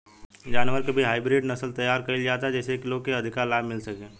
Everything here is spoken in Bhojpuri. जानवर के भी हाईब्रिड नसल तैयार कईल जाता जेइसे की लोग के अधिका लाभ मिल सके